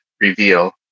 reveal